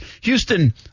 Houston